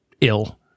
ill